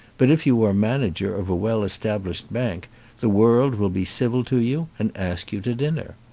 but if you are manager of a well-established bank the world will be civil to you and ask you to dinner.